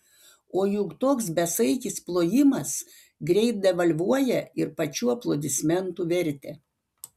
o juk toks besaikis plojimas greit devalvuoja ir pačių aplodismentų vertę